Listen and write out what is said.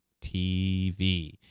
TV